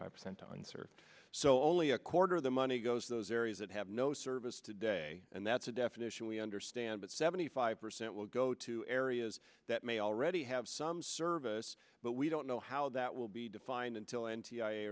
five percent unser so only a quarter of the money goes to those areas that have no service today and that's a definition we understand that seventy five percent will go to areas that may already have some service but we don't know how that will be defined until